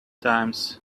times